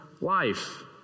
life